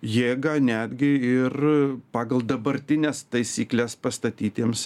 jėgą netgi ir pagal dabartines taisykles pastatytiems